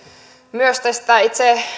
myös itse